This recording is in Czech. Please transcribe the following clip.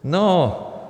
No.